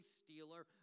stealer